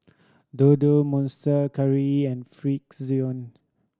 Dodo Monster Curry and Frixion